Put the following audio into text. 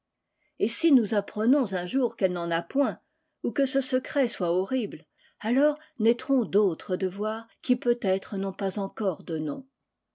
et si nous apprenons un jour qu'elle n'en ait point ou que ce secret soit horrible alors naîtront d'autres devoirs qui peut-être n'ont pas encore de nom